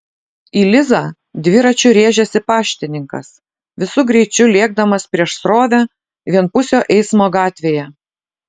į lizą dviračiu rėžėsi paštininkas visu greičiu lėkdamas prieš srovę vienpusio eismo gatvėje